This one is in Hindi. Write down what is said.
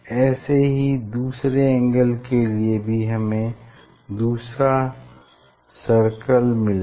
ऐसे ही दूसरे एंगल के लिए भी हमें दूसरा सर्किल मिलेगा